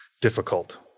difficult